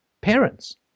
parents